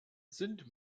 sind